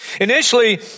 Initially